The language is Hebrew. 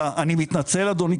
אני מתנצל אדוני,